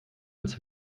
als